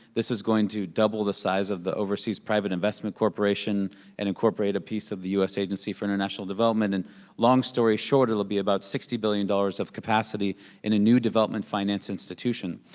this is going to double the size of the overseas private investment corporation and incorporate a piece of the u s. agency for international development, and long story short, it'll be about sixty billion dollars of capacity in a new development finance institution.